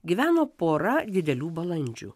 gyveno pora didelių balandžių